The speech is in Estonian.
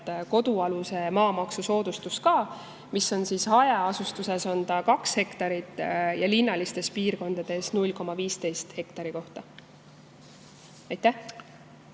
kodualuse maa maksusoodustus ka, mis [hõlmab] hajaasustuses 2 hektarit ja linnalistes piirkondades 0,15 hektarit. Aitäh